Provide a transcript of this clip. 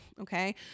okay